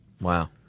Wow